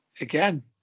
again